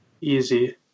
Easy